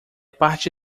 parte